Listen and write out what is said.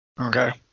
Okay